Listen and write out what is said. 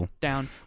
Down